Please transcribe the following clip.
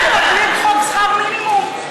תבטלי את חוק שכר מינימום.